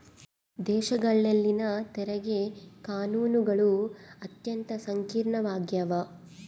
ದೇಶಗಳಲ್ಲಿನ ತೆರಿಗೆ ಕಾನೂನುಗಳು ಅತ್ಯಂತ ಸಂಕೀರ್ಣವಾಗ್ಯವ